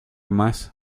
mas